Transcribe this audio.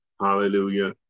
Hallelujah